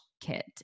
kit